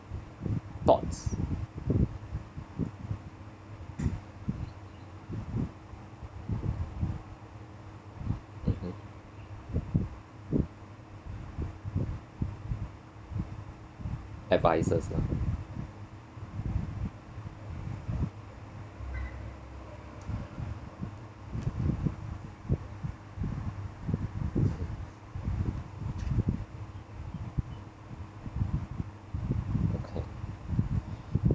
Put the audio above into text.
odds mmhmm advices lah okay